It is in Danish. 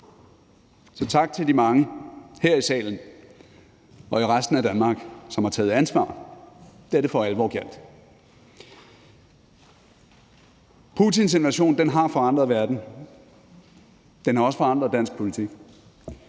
Så tak til de mange her i salen og i resten af Danmark, som har taget ansvar, da det for alvor gjaldt. Putins invasion har forandret verden, og den har også forandret dansk politik.